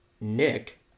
Nick